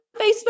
Facebook